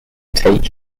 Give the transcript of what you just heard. take